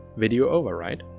video over, right?